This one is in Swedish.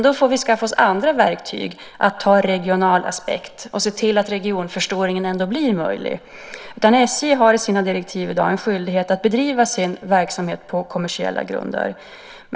Då får vi skaffa oss andra verktyg för att ha en regional aspekt och se till att regionförstoring ändå blir möjlig. SJ har i dag i sina direktiv en skyldighet att bedriva sin verksamhet på kommersiella grunder.